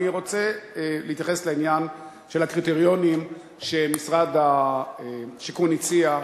אני רוצה להתייחס לעניין של הקריטריונים שמשרד השיכון הציע,